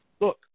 Look